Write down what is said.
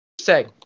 Say